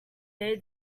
their